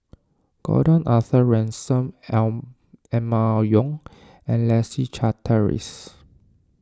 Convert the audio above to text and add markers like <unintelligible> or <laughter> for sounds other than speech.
Gordon Arthur Ransome <unintelligible> Emma Yong and Leslie Charteris